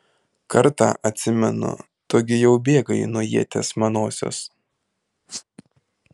kartą atsimenu tu gi jau bėgai nuo ieties manosios